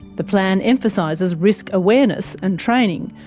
the plan emphasises risk awareness and training,